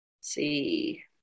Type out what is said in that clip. see